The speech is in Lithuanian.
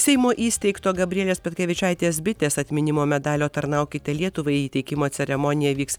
seimo įsteigto gabrielės petkevičaitės bitės atminimo medalio tarnaukite lietuvai įteikimo ceremonija vyks